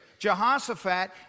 Jehoshaphat